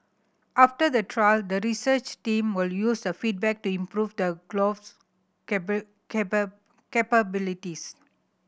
after the trial the research team will use the feedback to improve the glove's capabilities